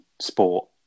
sport